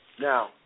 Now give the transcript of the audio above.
Now